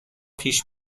پیش